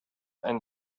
and